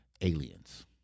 aliens